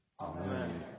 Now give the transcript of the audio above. Amen